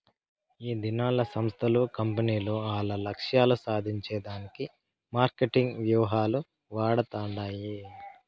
ఈదినాల్ల సంస్థలు, కంపెనీలు ఆల్ల లక్ష్యాలు సాధించే దానికి మార్కెటింగ్ వ్యూహాలు వాడతండాయి